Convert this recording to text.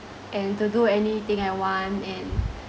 and to do anything I want and